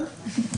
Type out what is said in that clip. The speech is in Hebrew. בסדר.